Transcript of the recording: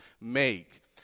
make